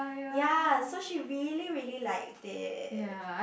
ya so she really really liked it